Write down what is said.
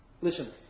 listen